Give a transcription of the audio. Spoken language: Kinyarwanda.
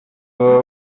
baba